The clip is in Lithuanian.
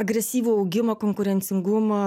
agresyvų augimą konkurencingumo